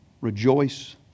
Rejoice